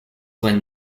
win